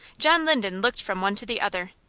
john linden looked from one to the other.